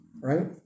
Right